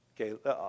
Okay